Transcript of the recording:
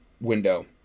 window